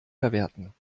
verwerten